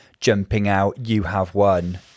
jumping-out-you-have-won